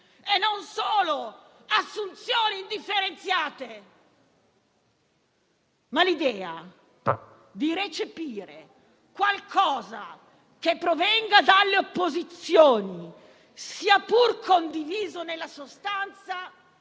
e non solo assunzioni indifferenziate. Ma l'idea di recepire qualcosa che provenga dalle opposizioni, sia pur condiviso nella sostanza,